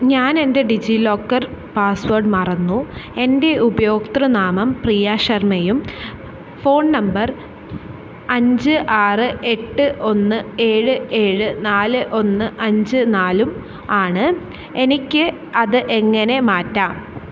ഞാൻ എന്റെ DigiLocker password മറന്നു എന്റെ ഉപയോക്തൃനാമം പ്രിയ ശർമ്മയും ഫോൺ നമ്പർ അഞ്ച് ആറ് എട്ട് ഒന്ന് ഏഴ് ഏഴ് നാല് ഒന്ന് അഞ്ച് നാലും ആണ് എനിക്ക് അത് എങ്ങനെ മാറ്റാം